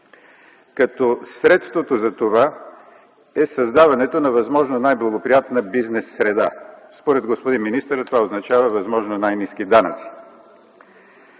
като средство за това е създаването на възможно най-благоприятна бизнес среда. Според господин министъра това означава възможно най-ниски данъци.